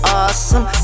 awesome